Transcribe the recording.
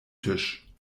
tisch